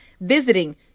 visiting